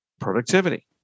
Productivity